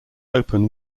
open